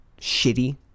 shitty